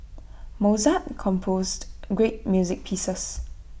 Mozart composed great music pieces